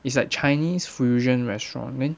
it's like chinese fusion restaurant then